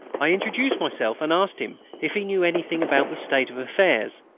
i introduced myself, and asked him if he knew anything about the state of affairs.